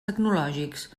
tecnològics